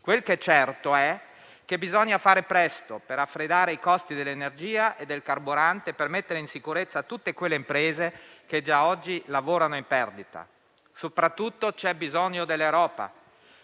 Quel che è certo è che bisogna fare presto per raffreddare i costi dell'energia e del carburante, per mettere in sicurezza tutte quelle imprese che già oggi lavorano in perdita. Soprattutto, c'è bisogno dell'Europa.